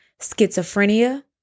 schizophrenia